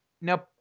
Now